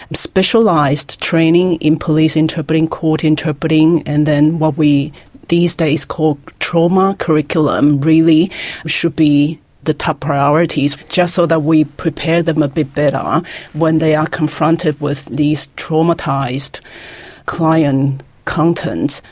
specialised training in police interpreting, court interpreting, and then what we these days call trauma curriculum really should be the top priorities, just so that we prepare them a bit better when they are confronted with these traumatised client contents,